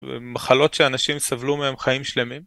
ומחלות שאנשים סבלו מהן חיים שלמים.